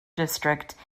district